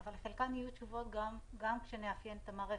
אבל לחלקן יהיו תשובות גם כשנאפיין את המערכת.